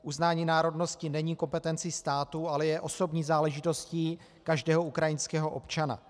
Uznání národnosti není kompetencí státu, ale je osobní záležitostí každého ukrajinského občana.